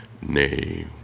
Nay